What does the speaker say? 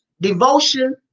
devotion